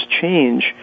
change